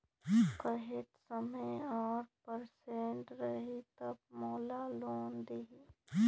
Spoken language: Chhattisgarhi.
कतेक समय और परसेंट रही तब मोला लोन देही?